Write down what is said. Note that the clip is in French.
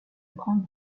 grande